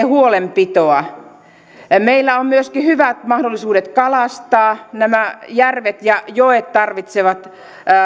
huolenpitoa meillä on myöskin hyvät mahdollisuudet kalastaa nämä järvet ja joet tarvitsevat